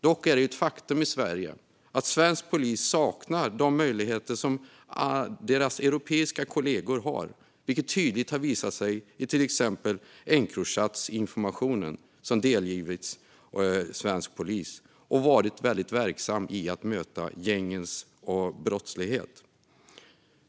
Dock är det ett faktum att svensk polis saknar de möjligheter som deras europeiska kollegor har, vilket tydligt har visat sig i när det gäller till exempel Encrochat-informationen, som delgivits svensk polis och haft stor verkan när det gäller att bemöta gängens brottslighet.